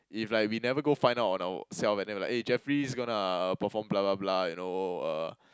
if like we never go find out on ourselves and then like eh Jeffrey is gonna perform blah blah blah you know uh